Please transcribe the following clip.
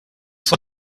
for